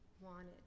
wanted